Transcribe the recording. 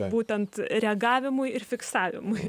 būtent reagavimui ir fiksavimui